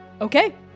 Okay